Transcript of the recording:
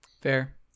Fair